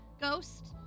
ghost